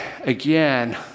again